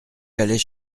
allait